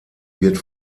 wird